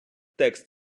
текст